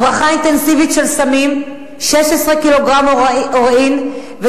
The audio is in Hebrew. הברחה אינטנסיבית של סמים: 16 קילוגרם הירואין,